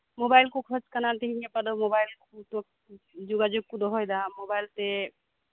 mobile ᱠᱚ ᱠᱷᱚᱡ ᱠᱟᱱᱟ ᱛᱮᱦᱤᱧ ᱜᱟᱯᱟ ᱫᱚ ᱢᱳᱵᱟᱭᱤᱞ ᱛᱮ ᱡᱳᱜᱟᱡᱳᱜ ᱠᱚ ᱫᱚᱦᱚᱭᱫᱟ ᱢᱳᱵᱟᱭᱤᱞ ᱛᱮ